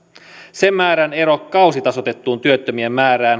sen määrän ero kausitasoitettuun työttömien määrään